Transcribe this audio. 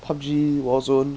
pub G warzone